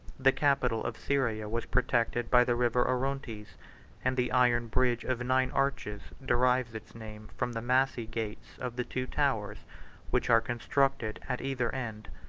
the capital of syria was protected by the river orontes and the iron bridge, of nine arches, derives its name from the massy gates of the two towers which are constructed at either end.